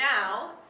now